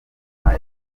congo